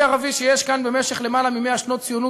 ערבי שישנו כאן יותר מ-100 שנות ציונות,